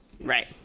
Right